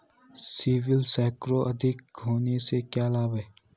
CIBIL score अधिक होने से क्या लाभ हैं?